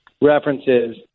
references